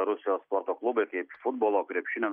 rusijos sporto klubai kaip futbolo krepšinio